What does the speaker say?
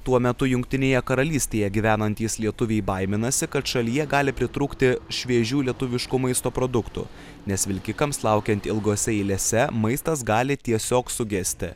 tuo metu jungtinėje karalystėje gyvenantys lietuviai baiminasi kad šalyje gali pritrūkti šviežių lietuviškų maisto produktų nes vilkikams laukiant ilgose eilėse maistas gali tiesiog sugesti